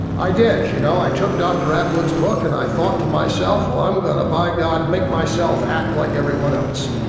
i did. you know, i took dr attwood's book and i thought to myself, well, i'm going to, by god, make myself act like everyone else.